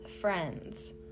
friends